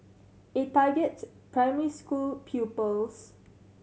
it targets primary school pupils